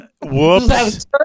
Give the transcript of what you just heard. Whoops